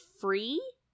free